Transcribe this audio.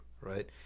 right